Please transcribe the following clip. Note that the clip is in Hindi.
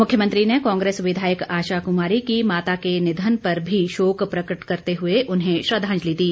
मुख्यमंत्री ने कांग्रेस विधायक आशा कुमारी की माता के निधन पर भी शोक प्रकट करते हुए उन्हें श्रद्वांजलि दी